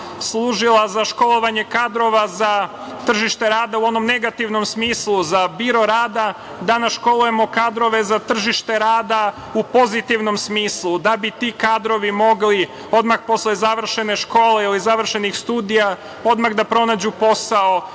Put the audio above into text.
služila za školovanje kadrova za tržište rada u onom negativnom smislu, za biro rada. Danas školujemo kadrove za tržište rada u pozitivnom smislu, da bi ti kadrovi mogli odmah posle završene škole ili završenih studija da pronađu posao